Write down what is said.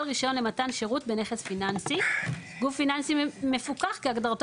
רישיון למתק שירות בנכס פיננסי; "גוף פיננסי מפוקח" - כהגדרתו